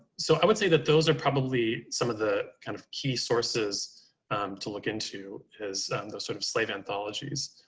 so i would say that those are probably some of the kind of key sources to look into is those sort of slave anthologies.